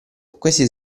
questi